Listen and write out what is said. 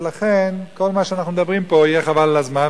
ולכן כל מה שאנחנו מדברים פה יהיה חבל על הזמן,